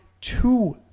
two